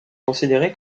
considéré